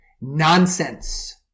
nonsense